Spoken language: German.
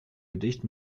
gedicht